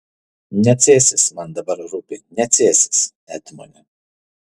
ne cėsis man dabar rūpi ne cėsis etmone